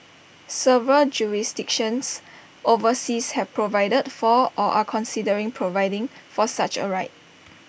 several jurisdictions overseas have provided for or are considering providing for such A right